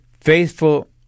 faithful